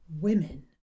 women